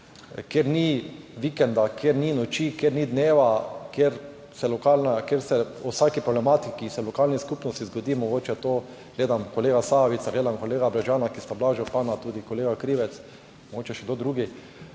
kjer ni vikenda, kjer ni noči, kjer ni dneva, kjer se o vsaki problematiki v lokalni skupnosti zgodi, mogoče tu gledam kolega Sajovica, kolega Brežana, ki sta bila župana, tudi kolega Krivec, mogoče še kdo drug,